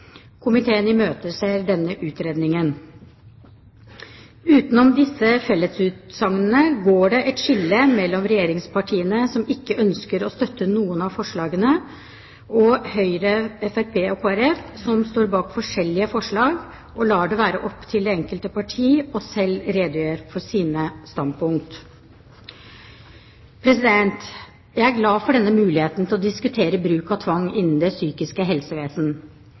Komiteen imøteser denne utredningen. Utenom disse fellesutsagnene går det et skille mellom regjeringspartiene, som ikke ønsker å støtte noen av forslagene, og Høyre, Fremskrittspartiet og Kristelig Folkeparti, som står bak forskjellige forslag, og jeg lar det være opp til det enkelte parti selv å redegjøre for sine standpunkt. Jeg er glad for denne muligheten til å diskutere bruk av tvang innen det psykiske helsevesen.